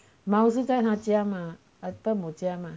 猫是在他家吗在伯母家吗